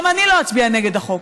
גם אני לא אצביע נגד החוק,